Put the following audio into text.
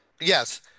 yes